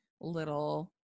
little